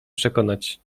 przekonać